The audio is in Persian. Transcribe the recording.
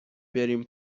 بریم